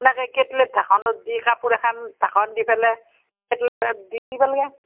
কেট্লিত ঢাকোনত দি কাপোৰ এখন ঢাকোন দি পেলাই কেট্লিত দি দিব লাগে